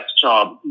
job